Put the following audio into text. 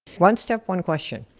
one step, one question.